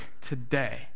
today